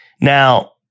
Now